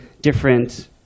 different